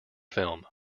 film